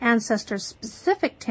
ancestor-specific